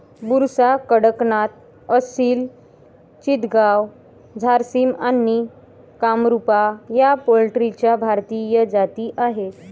बुसरा, कडकनाथ, असिल चितगाव, झारसिम आणि कामरूपा या पोल्ट्रीच्या भारतीय जाती आहेत